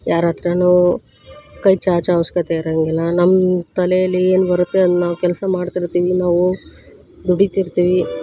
ಯಾರ ಹತ್ರನೂ ಕೈ ಚಾಚೋ ಅವಶ್ಯಕತೆ ಇರೋಂಗಿಲ್ಲ ನಮ್ಮ ತಲೇಲಿ ಏನು ಬರುತ್ತೆ ಅದು ನಾವು ಕೆಲಸ ಮಾಡ್ತಿರ್ತೀವಿ ನಾವು ದುಡೀತಿರ್ತೀವಿ